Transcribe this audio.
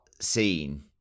scene